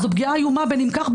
זו פגיעה איומה בין אם כך,